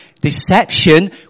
deception